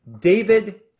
David